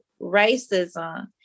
racism